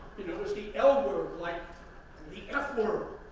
you know, it was the l word, like the f word.